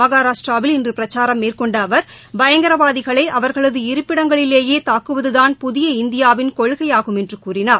மகாராஷ்டிராவில் இன்றபிரச்சாரம் மேற்கொண்டஅவர் பயங்கரவாதிகளைஅவர்களது இருப்பிடங்களிலேயேதாக்குவதுதான் புதிய இந்தியாவின் கொள்கையாகும் என்றுகூறினார்